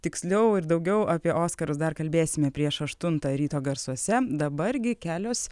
tiksliau ir daugiau apie oskarus dar kalbėsime prieš aštuntą ryto garsuose dabar gi kelios